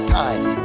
time